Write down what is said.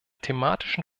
thematischen